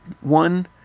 One